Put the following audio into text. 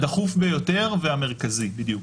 הדחוף ביותר והמרכזי, בדיוק.